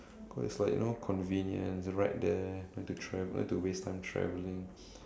cause like you know convenient right there don't need to travel don't need to waste time traveling